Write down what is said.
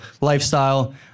lifestyle